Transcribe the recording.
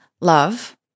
love